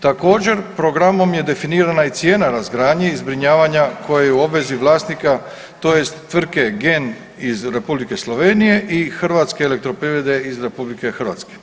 Također programom je definirana i cijena razgradnje i zbrinjavanja koje je u obvezi vlasnika tj. tvrtke GEN iz Republike Slovenije i HEP-a iz RH.